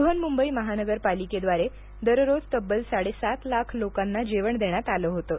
बृहन्मुंबई महानगरपालिकद्वारे दररोज तब्बल साडेसात लाख लोकांना जेवण देण्यात आलं होतं